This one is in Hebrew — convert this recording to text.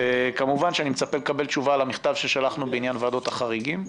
כמובן שאני מצפה לקבל תשובה על המכתב ששלחנו בעניין ועדות החריגים.